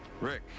Rick